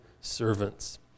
servants